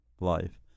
life